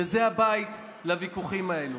שזה הבית לוויכוחים האלו.